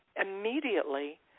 immediately